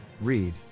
Read